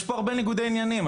יש פה הרבה ניגודי עניינים.